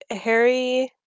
Harry